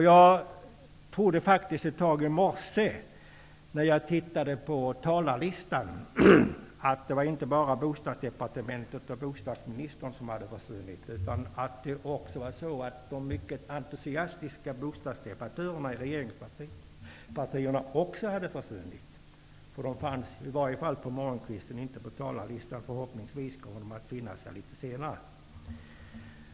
Jag trodde faktiskt ett tag i morse när jag tittade på talarlistan att det inte bara var Bostadsdepartementet och bostadsministern som hade försvunnit, utan att också de mycket entusiastiska bostadsdebattörerna i regeringspartierna försvunnit. De fanns i alla fall på morgonkvisten inte på talarlistan. Förhoppningsvis kommer de att finnas här litet senare.